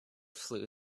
flue